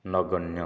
ନଗନ୍ୟ